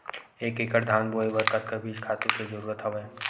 एक एकड़ धान बोय बर कतका बीज खातु के जरूरत हवय?